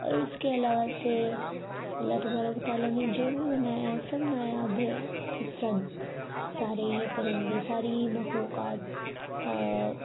اور اس کے علاوہ سے اللہ تبارک و تعالیٰ نے جو بھی بنایا سب نایاب ہے سب سارے ہی پرندے ساری ہی مخلوقات